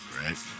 right